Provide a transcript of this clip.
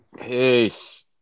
Peace